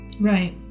Right